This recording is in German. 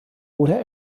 oder